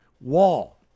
wall